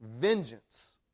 vengeance